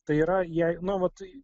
tai yra jei na vat